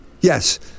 Yes